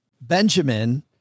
Benjamin